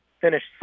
finished